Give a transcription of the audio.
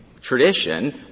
tradition